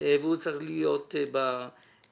והוא צריך להיות בעניין.